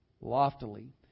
loftily